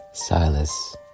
Silas